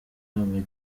abanya